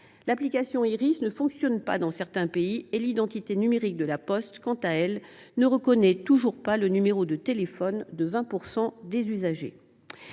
L’application Yris ne fonctionne pas dans certains pays et l’identité numérique de La Poste, quant à elle, ne reconnaît toujours pas le numéro de téléphone de 20 % des usagers.